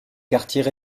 quartiers